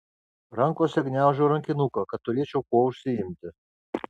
rankose gniaužau rankinuką kad turėčiau kuo užsiimti